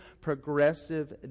progressive